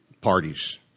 Parties